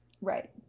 Right